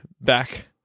back